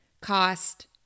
cost